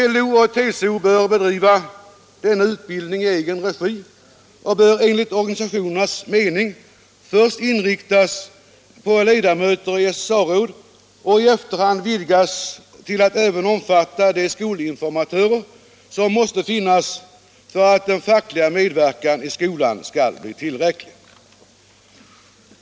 LO och TCO bör bedriva denna utbildning i egen regi, och den bör Nr 92 enligt organisationernas mening först inriktas på ledamöter i SSA-råd Onsdagen den och i efterhand vidgas till att även omfatta de skolinformatörer som 23 mars 1977 måste finnas för att den fackliga medverkan i skolan skall bli tillräcklig.